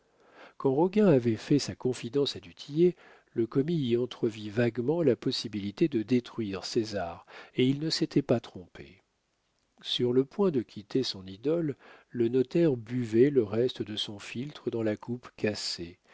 quand roguin avait fait sa confidence à du tillet le commis y entrevit vaguement la possibilité de détruire césar et il ne s'était pas trompé sur le point de quitter son idole le notaire buvait le reste de son philtre dans la coupe cassée